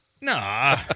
Nah